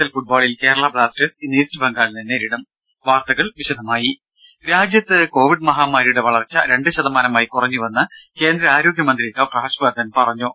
L ഫുട്ബോളിൽ Kerala Blasters ഇന്ന് east ബംഗാളിനെ നേരിടും വാർത്തകൾ വിശദമായി രാജ്യത്ത് കോവിഡ് മഹാമാരിയുടെ വളർച്ച രണ്ട് ശതമാനമായി കുറഞ്ഞുവെന്ന് കേന്ദ്ര ആരോഗ്യമന്ത്രി ഡോക്ടർ ഹർഷവർദ്ധൻ പറഞ്ഞു